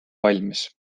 valmis